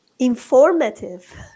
Informative